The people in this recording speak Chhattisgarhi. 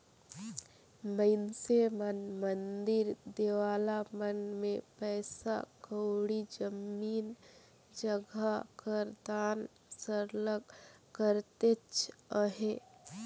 मइनसे मन मंदिर देवाला मन में पइसा कउड़ी, जमीन जगहा कर दान सरलग करतेच अहें